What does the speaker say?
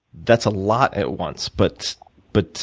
that's a lot at once. but but